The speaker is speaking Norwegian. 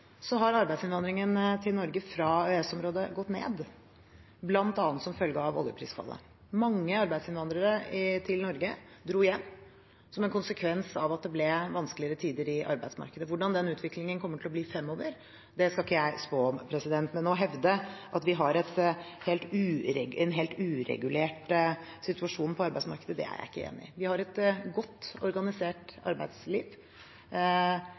har arbeidsinnvandringen til Norge fra EØS-området gått ned, bl.a. som følge av oljeprisfallet. Mange arbeidsinnvandrere i Norge dro hjem som en konsekvens av at det ble vanskeligere tider i arbeidsmarkedet. Hvordan den utviklingen kommer til å bli fremover, skal ikke jeg spå om. Men når det hevdes at vi har en helt uregulert situasjon på arbeidsmarkedet, er jeg ikke enig i det. Vi har et godt organisert arbeidsliv,